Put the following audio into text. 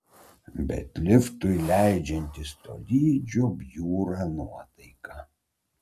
bet liftui leidžiantis tolydžio bjūra nuotaika